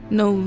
no